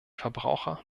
verbraucher